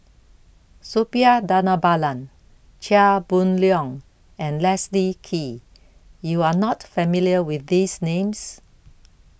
Suppiah Dhanabalan Chia Boon Leong and Leslie Kee YOU Are not familiar with These Names